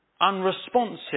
unresponsive